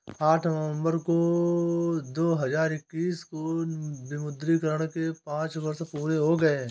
आठ नवंबर दो हजार इक्कीस को विमुद्रीकरण के पांच वर्ष पूरे हो गए हैं